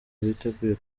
biteguye